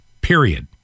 Period